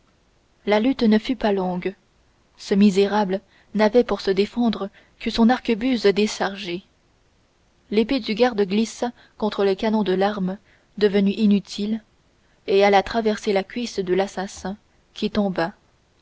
la lutte ne fut pas longue ce misérable n'avait pour se défendre que son arquebuse déchargée l'épée du garde glissa contre le canon de l'arme devenue inutile et alla traverser la cuisse de l'assassin qui tomba